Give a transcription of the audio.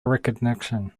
recognition